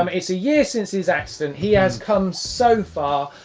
um it's a year since his accident. he has come so far,